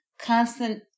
constant